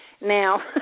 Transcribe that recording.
Now